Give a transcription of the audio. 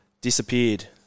disappeared